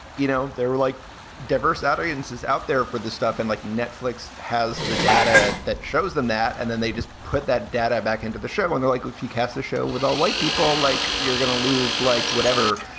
you know, they're like diverse audience is out there for the stuff. and like netflix has the data that shows them that. and then they just put that data back into the show. and the like, if you cast the show without white people, like you're gonna lose like whatever,